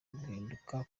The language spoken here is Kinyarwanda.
guhinduka